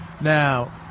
Now